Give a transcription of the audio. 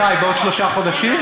מתי, בעוד שלושה חודשים?